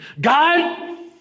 God